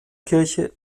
kirche